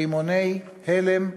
רימוני הלם,